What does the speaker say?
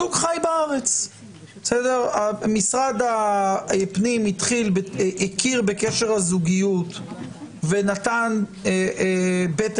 משרד הפנים הכיר בקשר הזוגיות ונתן ב1.